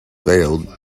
failed